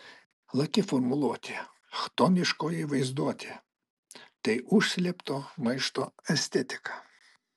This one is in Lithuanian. laki formuluotė chtoniškoji vaizduotė tai užslėpto maišto estetika